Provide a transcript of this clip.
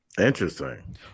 Interesting